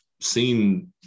seen